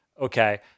Okay